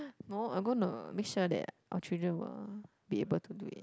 no I'm gonna make sure that our children will be able to do it